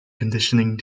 conditioning